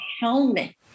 helmet